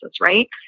right